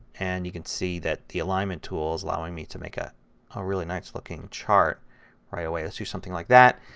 and you can see that the alignment tool is allowing me to make a really nice looking chart right away. let's do something like that.